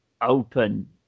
open